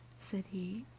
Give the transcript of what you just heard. said he